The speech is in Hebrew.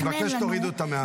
אני מבקש שתורידו אותה.